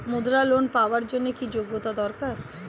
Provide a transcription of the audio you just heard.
মুদ্রা লোন পাওয়ার জন্য কি যোগ্যতা দরকার?